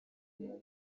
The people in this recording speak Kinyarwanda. umuntu